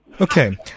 Okay